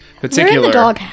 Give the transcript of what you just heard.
particular